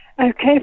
Okay